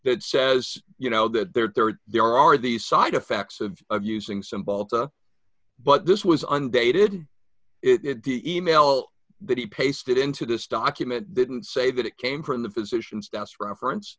that says you know that there are there are these side effects of using some balta but this was undated it the e mail that he pasted into this document didn't say that it came from the physician's desk reference